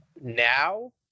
now